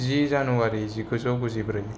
जि जानुवारि जिगुजौ गुजिब्रै